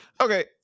Okay